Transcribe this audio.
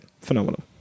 phenomenal